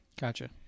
Gotcha